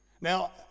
Now